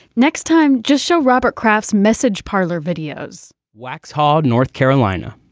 next time, just show robert kraft's message parler videos, wacs hall north carolina.